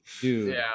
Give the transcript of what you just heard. dude